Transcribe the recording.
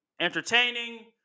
Entertaining